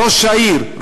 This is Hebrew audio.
ראש העיר,